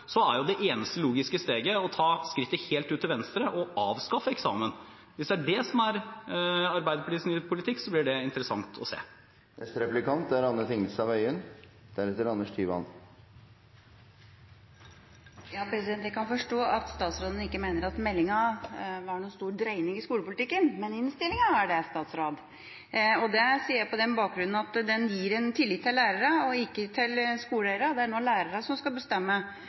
er det eneste logiske steget å ta skrittet helt ut til venstre og avskaffe eksamen. Hvis det er det som er Arbeiderpartiets nye politikk, blir det interessant å se. Jeg kan forstå at statsråden mener at meldinga ikke var noen stor dreining i skolepolitikken, men innstillinga er det. Det sier jeg på den bakgrunn at den gir tillit til lærerne og ikke til skolelederne. Det er lærerne som skal bestemme